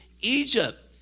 Egypt